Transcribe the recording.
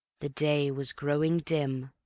the day was growing dim,